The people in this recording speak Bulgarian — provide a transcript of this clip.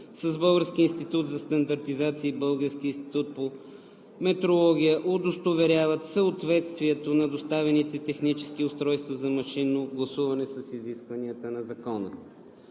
с Българския институт за стандартизация и Българския институт по метрология удостоверяват съответствието на доставените технически устройства за машинно гласуване с изискванията на Закона.